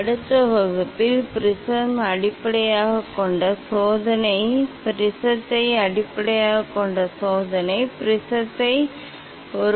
அடுத்த வகுப்பில் ப்ரிஸத்தை அடிப்படையாகக் கொண்ட சோதனை ப்ரிஸத்தை அடிப்படையாகக் கொண்ட சோதனை ப்ரிஸைப் பயன்படுத்தி ஒருவர் என்ன செய்ய முடியும் என்பதைப் பற்றி விவாதிப்போம்